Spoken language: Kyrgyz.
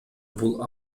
бул